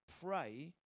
pray